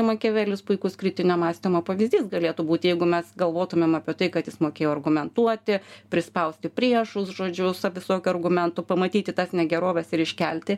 makiavelis puikus kritinio mąstymo pavyzdys galėtų būt jeigu mes galvotumėm apie tai kad jis mokėjo argumentuoti prispausti priešus žodžiu visokių argumentų pamatyti tas negeroves ir iškelti